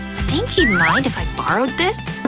think he'd mind if i borrowed this?